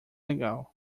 legal